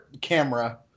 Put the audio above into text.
camera